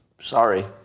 sorry